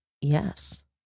yes